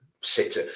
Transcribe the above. sit